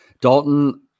Dalton